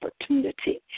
opportunity